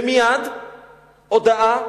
ומייד הודעה,